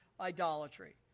idolatry